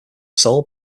sole